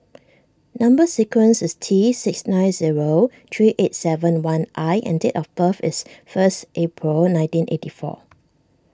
Number Sequence is T six nine zero three eight seven one I and date of birth is first April nineteen eighty four